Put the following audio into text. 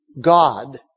God